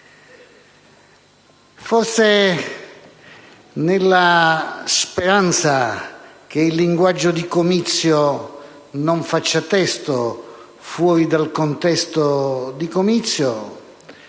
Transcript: Forse, nella speranza che il linguaggio di comizio non faccia testo fuori da quel contesto, un collega